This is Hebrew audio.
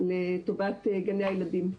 לטובת גני הילדים.